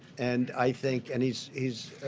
and i think and he's he's